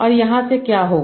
तो यहाँ से क्या होगा